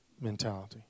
mentality